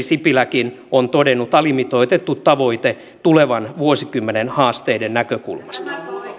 sipiläkin on todennut alimitoitettu tavoite tulevan vuosikymmenen haasteiden näkökulmasta